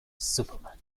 superman